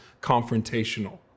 confrontational